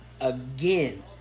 again